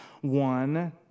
one